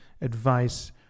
advice